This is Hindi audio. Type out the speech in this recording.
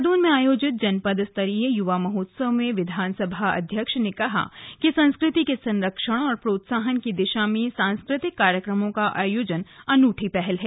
देहरादून में आयोजित जनपद स्तरीय युवा महोत्सव में विधानसभा अध्यक्ष ने कहा कि संस्कृति के संरक्षण और प्रोत्साहन की दिशा में सांस्कृतिक कार्यक्रमों का आयोजन अनुठी पहल है